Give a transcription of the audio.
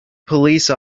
police